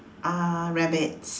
uh rabbits